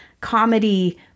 comedy